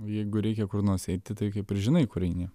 jeigu reikia kur nors eiti tai kaip ir žinai kur eini